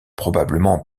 probablement